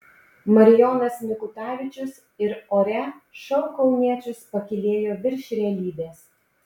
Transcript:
marijonas mikutavičius ir ore šou kauniečius pakylėjo virš realybės